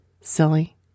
silly